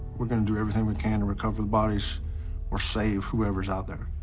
we're gonna do everything we can to recover the bodies or save whoever's out there.